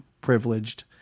privileged